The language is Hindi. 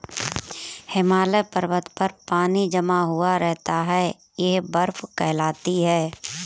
हिमालय पर्वत पर पानी जमा हुआ रहता है यह बर्फ कहलाती है